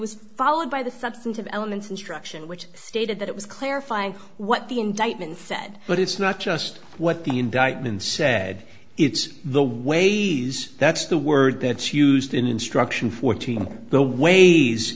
was followed by the substantive elements instruction which stated that it was clarifying what the indictment said but it's not just what the indictment said it's the ways that's the word that's used in instruction fourteen the ways